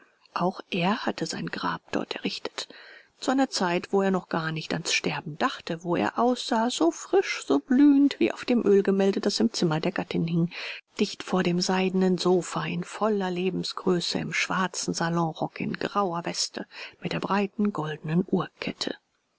auch er hatte sein grab dort errichtet zu einer zeit wo er noch gar nicht ans sterben dachte wo er aussah so frisch so blühend wie auf dem ölgemälde das im zimmer der gattin hing dicht vor dem seidenen sofa in voller lebensgröße im schwarzen salonrock in grauer weste mit der breiten goldenen uhrkette